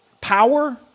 power